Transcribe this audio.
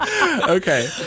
Okay